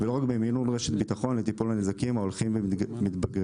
ולא רק במימון רשת ביטחון לטיפול בנזקים ההולכים ומתגברים.